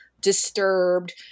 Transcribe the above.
disturbed